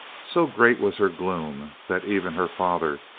so great was her gloom that even her father,